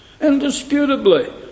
indisputably